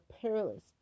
perilous